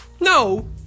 No